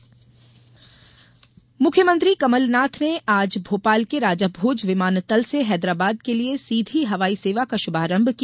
हवाई सेवा मुख्यमंत्री कमलनाथ ने आज भोपाल के राजाभोज विमानतल से हैदराबाद के लिए सीधी हवाई सेवा का शुभारंभ किया